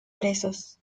presos